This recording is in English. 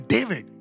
David